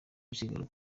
misigaro